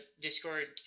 Discord